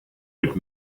would